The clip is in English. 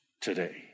today